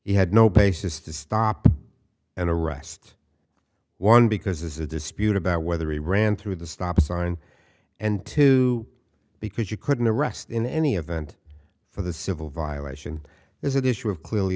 you had no basis to stop and arrest one because this is a dispute about whether he ran through the stop sign and two because you couldn't arrest in any event for the civil violation is an issue of clearly